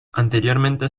anteriormente